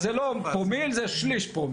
אז זה לא פרומיל, זה שליש פרומיל,